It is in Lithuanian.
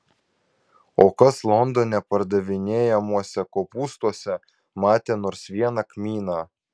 o kas londone pardavinėjamuose kopūstuose matė nors vieną kmyną